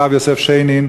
הרב יוסף שיינין,